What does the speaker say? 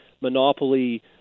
monopoly